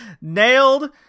nailed